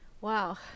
Wow